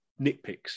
nitpicks